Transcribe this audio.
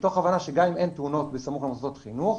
מתוך הבנה שגם אם אין תאונות בסמוך למוסדות חינוך,